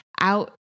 out